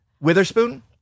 Witherspoon